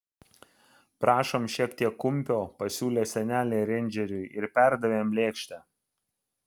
prašom šiek tiek kumpio pasiūlė senelė reindžeriui ir perdavė jam lėkštę